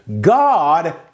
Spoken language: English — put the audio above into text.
God